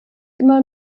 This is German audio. immer